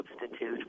substitute